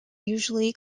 usually